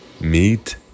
meet